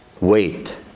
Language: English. wait